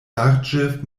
larĝe